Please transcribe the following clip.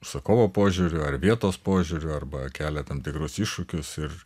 užsakovo požiūriu ar vietos požiūriu arba kelia tam tikrus iššūkius ir